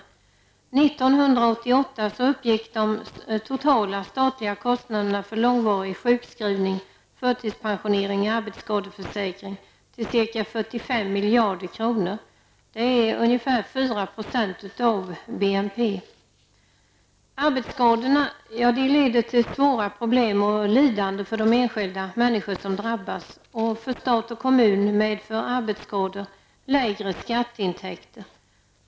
År 1988 uppgick de totala statliga kostnaderna för långvarig sjukskrivning, förtidspensionering och arbetsskadeförsäkring till ca 45 miljarder kronor, vilket är ungefär 4 % av Arbetsskadorna leder till svåra problem och lidande för de enskilda människor som drabbas, och för stat och kommun medför arbetsskadorna lägre skatteintäkter.